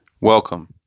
Welcome